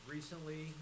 Recently